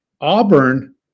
Auburn